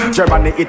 Germany